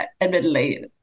admittedly